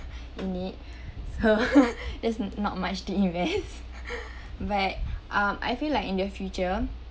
in it so there's not much to invest but um I feel like in the future